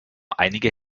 einige